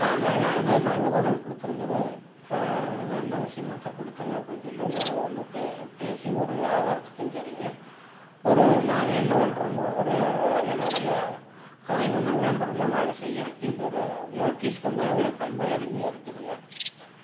ஆமாம்ங்க இது நாங்கள் தானே கொடுத்துருக்குறது அது இந்த விஷயமாகத்தான் கொடுத்தங்க அப்படினு சொல்லி நாங்கள் வந்த பே பேசி ஒரு வியாபாரத்துக்கும் சரிங்க ஒரு நாங்கள் என்ன பண்ணுறமோ ஒரு எங்கனுடைய அதை வந்து விளம்பரமாக நாங்கள் செய்யறக்கு இது ஒரு நோட்டீஸ் வந்து எங்களுக்கு ரொம்ப எளிமையாக இருக்குதுங்க